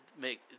make